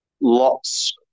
lots